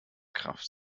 kraft